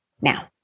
now